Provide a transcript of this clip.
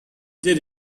did